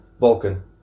Vulcan